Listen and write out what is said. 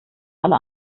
alle